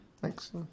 Thanks